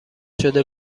شده